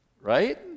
Right